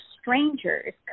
strangers